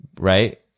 Right